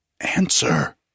Answer